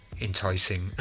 enticing